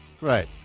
right